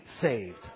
saved